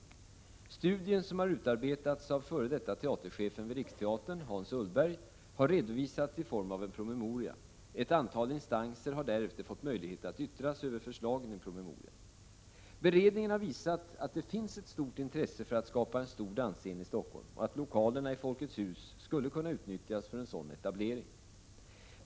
Studien, som har utarbetats av f.d. teaterchefen vid Riksteatern, Hans Ullberg, har redovisats i form av en promemoria. Ett antal instanser har därefter fått möjlighet att yttra sig över förslagen i promemorian. Beredningen har visat att det finns ett stort intresse för att skapa en stor dansscen i Stockholm och att lokalerna i Folkets hus skulle kunna utnyttjas för en sådan etablering.